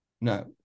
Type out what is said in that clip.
no